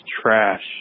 Trash